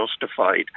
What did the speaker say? justified